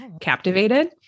captivated